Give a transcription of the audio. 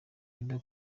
bebe